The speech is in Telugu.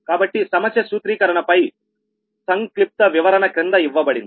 కాబట్టి సమస్య సూత్రీకరణపై సంక్షిప్త వివరణ క్రింద ఇవ్వబడింది